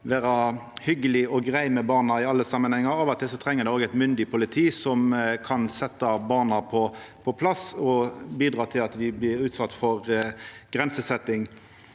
vera hyggeleg og grei med barna i alle samanhengar. Av og til treng ein òg eit myndig politi som kan setja barna på plass og bidra til at dei blir utsette for grensesetjing.